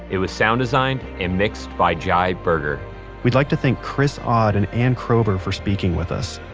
it was sound designed and mixed by jai berger we'd like to thank chris aud and ann kroeber for speaking with us.